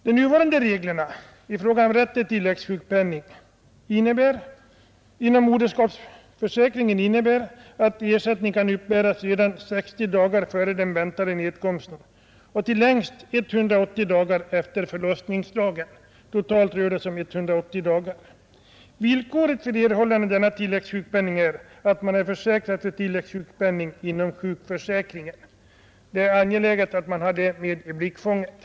De nuvarande reglerna i fråga om rätt till tilläggssjukpenning innebär att ersättning kan uppbäras redan 60 dagar före den väntade nedkomsten och längst 180 dagar efter förlossningsdagen. Totalt rör det sig om 180 dagar. Villkoret för erhållande av denna tilläggssjukpenning är att man är försäkrad för tilläggssjukpenning inom sjukförsäkringen. Det är angeläget att ha detta med i blickfånget.